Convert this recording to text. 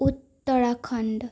Uttarakhand